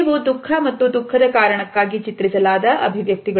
ಇವು ದುಃಖ ಮತ್ತು ದುಃಖದ ಕಾರಣಕ್ಕಾಗಿ ಚಿತ್ರಿಸಲಾದ ಅಭಿವ್ಯಕ್ತಿಗಳು